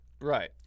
Right